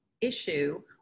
issue